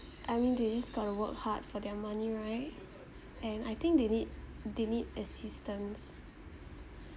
I mean they just got to work hard for their money right and I think they need they need assistance